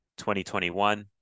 2021